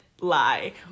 lie